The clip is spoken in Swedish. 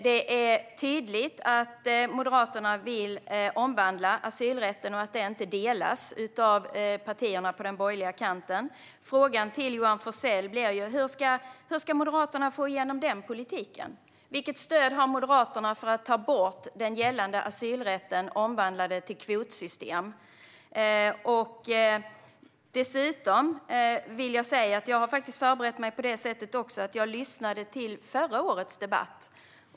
Det är tydligt att Moderaterna vill omvandla asylrätten och att övriga partier på den borgerliga kanten inte delar den uppfattningen. Frågan till Johan Forssell blir: Hur ska Moderaterna få igenom den politiken? Vilket stöd har Moderaterna för att ta bort den gällande asylrätten och omvandla den till kvotsystem? Dessutom vill jag säga att jag faktiskt har förberett mig på så sätt att jag lyssnat till förra årets debatt.